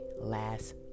last